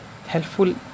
helpful